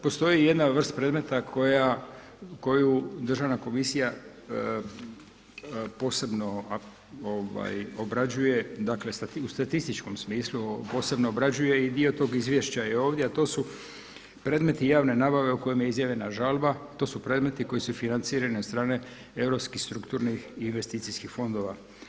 Postoji jedna vrst predmeta koju državna komisija posebno obrađuje, dakle u statističkom smislu posebno obrađuje i dio tog izvješća je ovdje, a to su predmeti javne nabave o kojima je izjavljena žalba to su predmeti koji su financirani od strane europskih strukturnih investicijskih fondova.